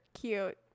cute